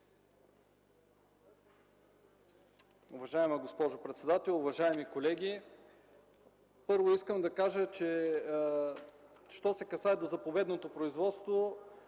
Уважаема госпожо председател, уважаеми колеги! Първо, искам да кажа, че що се касае до заповедното производство,